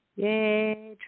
Yay